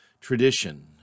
tradition